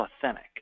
authentic